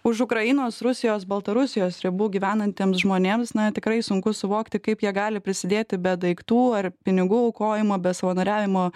už ukrainos rusijos baltarusijos ribų gyvenantiems žmonėms na tikrai sunku suvokti kaip jie gali prisidėti be daiktų ar pinigų aukojimo be savanoriavimo